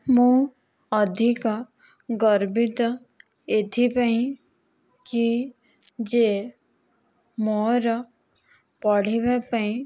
ମୁଁ ଅଧିକ ଗର୍ବିତ ଏଥିପାଇଁ କି ଯେ ମୋର ପଢ଼ିବା ପାଇଁ